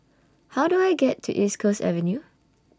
How Do I get to East Coast Avenue